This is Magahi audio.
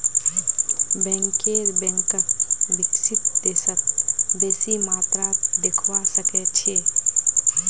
बैंकर बैंकक विकसित देशत बेसी मात्रात देखवा सके छै